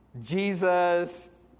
Jesus